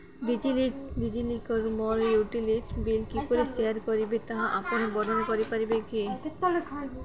ଡିଜିଲକର୍ରୁ ମୋର utility bill କିପରି share କରିବି ତାହା ଆପଣ ବର୍ଣ୍ଣନା କରିପାରିବେ କି